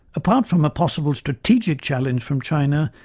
apart from a possible strategic challenge from china,